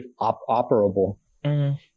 operable